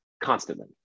constantly